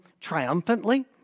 triumphantly